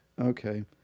Okay